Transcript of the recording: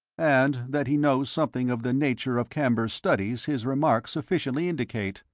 and that he knows something of the nature of camber's studies his remarks sufficiently indicate,